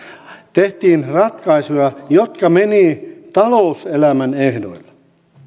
tehtiin ratkaisuja jotka menivät talouselämän ehdoilla